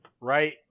right